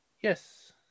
Yes